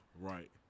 Right